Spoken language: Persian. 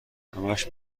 همش